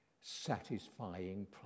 satisfying